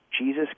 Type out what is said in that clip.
Jesus